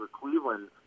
Cleveland